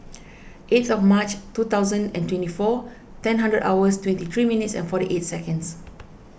eighth of March two thousand and twenty four ten hundred hours twenty three minutes and forty eight seconds